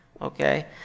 Okay